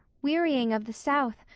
wearying of the south,